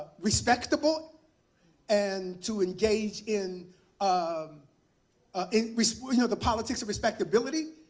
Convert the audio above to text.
respectable and to engage in um ah in you know the politics of respectability.